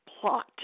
plot